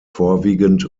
vorwiegend